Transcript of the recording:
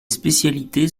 spécialités